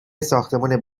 ساختمون